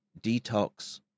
detox